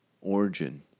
Origin